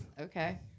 Okay